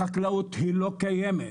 החקלאות היא לא קיימת,